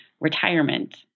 retirement